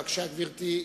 בבקשה, גברתי.